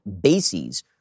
bases